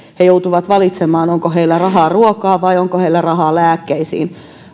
he joutuvat valitsemaan onko heillä rahaa ruokaan vai onko heillä rahaa lääkkeisiin